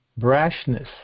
brashness